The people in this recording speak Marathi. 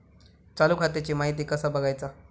चालू खात्याची माहिती कसा बगायचा?